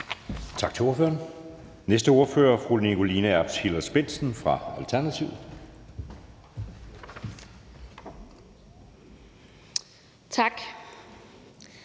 Tak til ordføreren. Næste ordfører er fru Nikoline Erbs Hillers-Bendtsen fra Alternativet. Kl.